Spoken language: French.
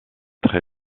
très